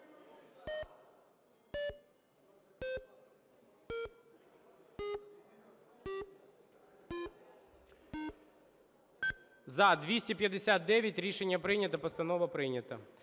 За-259 Рішення прийнято. Постанова прийнята.